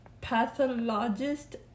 pathologist